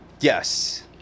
Yes